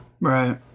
Right